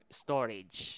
storage